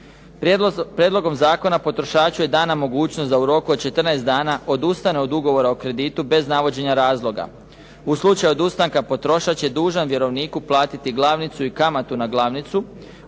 Prijedlogom zakona potrošaču je dana mogućnost da u roku od 14 dana odustane od ugovora o kreditu bez navođenja razloga. U slučaju odustanka potrošač je dužan vjerovniku platiti glavnicu i kamatu na glavnicu